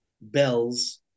bells